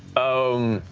um.